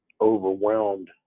overwhelmed